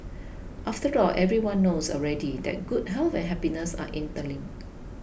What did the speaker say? after all everyone knows already that good health and happiness are interlinked